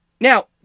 Now